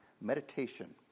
Meditation